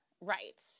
Right